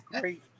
great